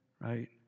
right